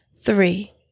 Three